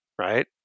right